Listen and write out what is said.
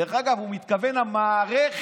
דרך אגב, הוא מתכוון: המערכת.